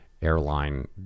airline